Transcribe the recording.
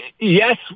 yes